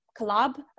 collab